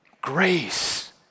grace